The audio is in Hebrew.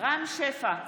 רם שפע,